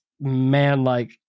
man-like